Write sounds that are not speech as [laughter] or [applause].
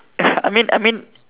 [laughs] I mean I mean